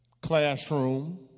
classroom